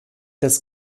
des